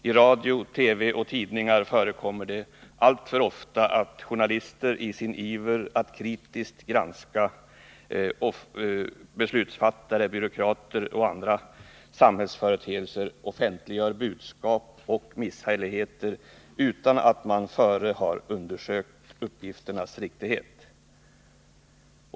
I radio, TV och tidningar förekommer alltför ofta att journalister i sin iver att kritiskt granska beslutsfattare, byråkrater och andra samhällsföreteelser offentliggör budskap om misshälligheter utan att först ha undersökt uppgifternas riktighet.